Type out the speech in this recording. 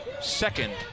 second